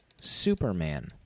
Superman